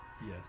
Yes